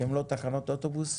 שהם לא תחנות אוטובוס.